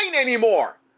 anymore